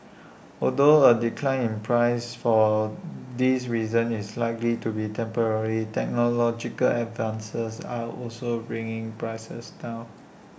although A decline in prices for these reasons is likely to be temporary technological advances are also bringing prices down